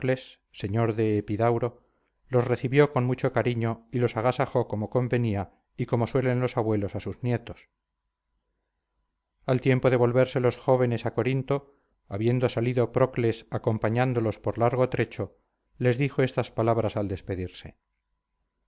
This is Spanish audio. señor de epidauro los recibió con mucho cariño y los agasajó como convenía y como suelen los abuelos a sus nietos al tiempo de volverse los jóvenes a corinto habiendo salido procles acompañándolos por largo trecho les dijo estas palabras al despedirse